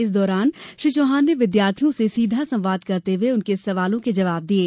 इस दौरान श्री चौहान ने विद्यार्थियों से सीघा संवाद करते हुये उनके सवालों के जबाव दिये